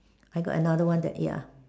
I got another one that ya